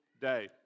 day